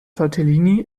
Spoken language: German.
tortellini